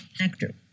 actor